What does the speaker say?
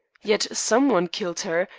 yet some one killed her,